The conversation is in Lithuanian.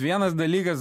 vienas dalykas